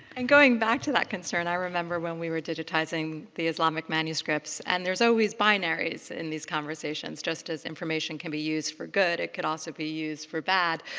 and going back to that concern, i remember when we were digitizing the islamic manuscripts and there's always binaries in these conversations. just as information can be used for good, it can also be used for bad.